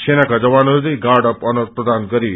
सेनाका जवानहरूले guard of honour प्रदान गरे